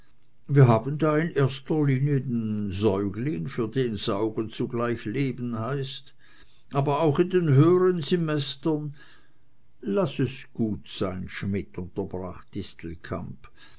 wir haben da in erster reihe den säugling für den saugen zugleich leben heißt aber auch in den höheren semestern laß es gut sein schmidt unterbrach